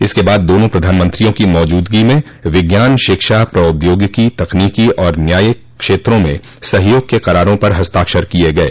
इसके बाद दोनों प्रधानमत्रियों की मौजूदगी में विज्ञान शिक्षा प्रौद्योगिकी तकनीकी और न्यायिक क्षेत्रों में सहयोग के करारों पर हस्ताक्षर किये गये